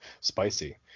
spicy